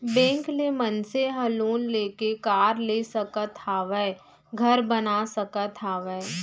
bank ले मनसे ह लोन लेके कार ले सकत हावय, घर बना सकत हावय